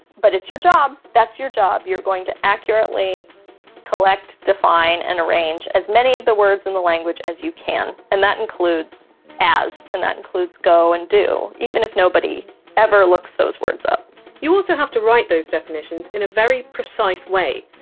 but it's your job that's your job you're going to accurately collect, define and arrange as as many of the words in the language as you can and that includes as and that includes go and do even if nobody ever looks those words up you also have to write those definitions in a very precise way,